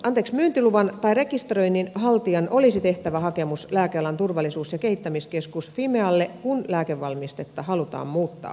myyntiluvan tai rekisteröinnin haltijan olisi tehtävä hakemus lääkealan turvallisuus ja kehittämiskeskus fimealle kun lääkevalmistetta halutaan muuttaa